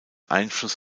einfluss